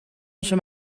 onze